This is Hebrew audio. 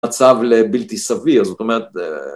מצב לבלתי סביר זאת אומרת